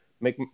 make